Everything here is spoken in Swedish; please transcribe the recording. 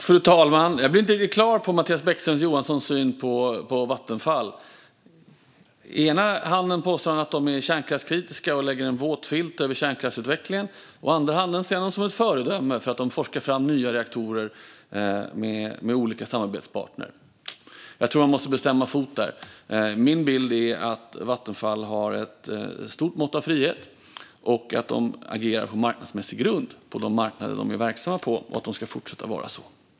Herr talman! Jag blir inte riktigt klar över Mattias Bäckström Johanssons syn på Vattenfall. Å ena sidan påstår han att de är kärnkraftskritiska och lägger en våt filt över kärnkraftsutvecklingen, å andra sidan ser han dem som ett föredöme för att de forskar fram nya sorters reaktorer med olika samarbetspartner. Jag tror att man måste bestämma sig där. Min bild är att Vattenfall har ett stort mått av frihet, att de agerar på marknadsmässig grund på de marknader där de är verksamma och att det ska fortsätta vara så.